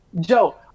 joe